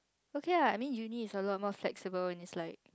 okay lah I mean uni is a lot more flexible and is like